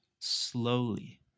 slowly